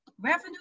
Revenue